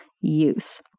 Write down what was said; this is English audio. use